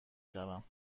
شوم